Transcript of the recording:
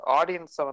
audience